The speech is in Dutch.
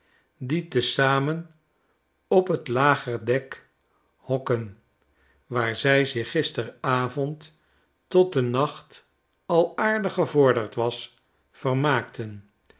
die te zamen op t lager dek hokken waar zij zich gisteravond tot de nacht al aardig gevorderd was vermaakten